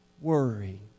Worry